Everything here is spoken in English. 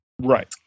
Right